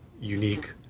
unique